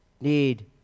need